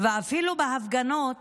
ואפילו בהפגנות